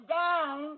down